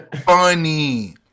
funny